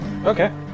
Okay